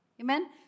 Amen